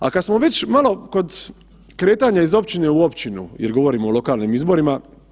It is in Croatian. A kad smo već malo kod kretanja iz općine u općinu jer govorimo o lokalnim izborima.